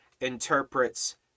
interprets